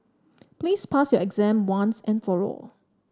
please pass your exam once and for all